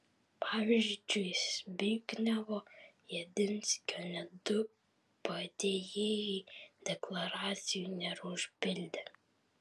pavyzdžiui zbignevo jedinskio net du padėjėjai deklaracijų nėra užpildę